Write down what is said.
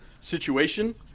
situation